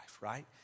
right